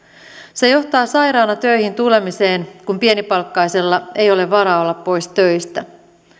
se johtaa sairaana töihin tulemiseen kun pienipalkkaisella ei ole varaa olla pois töistä